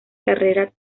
carrera